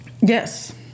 Yes